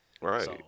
Right